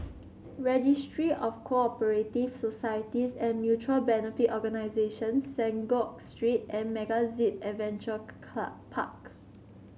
Registry of Co operative Societies and Mutual Benefit Organisations Synagogue Street and MegaZip Adventure Park